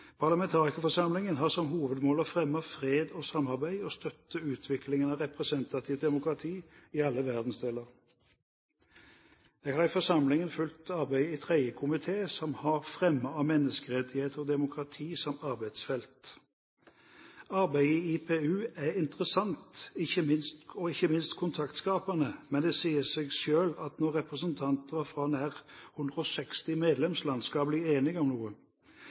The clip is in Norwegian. Parlamentarikerforsamlingen har som hovedmål å fremme fred og samarbeid og støtte utviklingen av representativt demokrati i alle verdensdeler. Jeg har i forsamlingen fulgt arbeidet i tredje komité, som har fremme av menneskerettigheter og demokrati som arbeidsfelt. Arbeidet i IPU er interessant, og ikke minst kontaktskapende, men det sier seg selv at når representanter fra nær 160 medlemsland skal bli enige om noe,